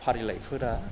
फारिलाइफोरा